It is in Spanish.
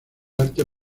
arte